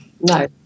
No